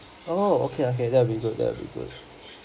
oh okay okay that will be good that will be good